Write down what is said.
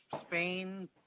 Spain